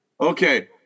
Okay